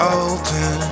open